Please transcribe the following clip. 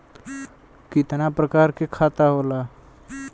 कितना प्रकार के खाता होला?